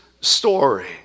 story